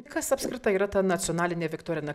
kas apskritai yra ta nacionalinė viktorina